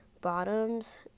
bottoms